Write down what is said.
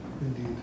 indeed